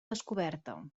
descoberta